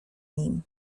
nim